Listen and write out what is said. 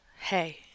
Hey